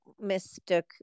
mistook